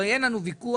הרי אין לנו ויכוח,